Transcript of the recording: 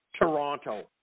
Toronto